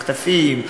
מחטפים,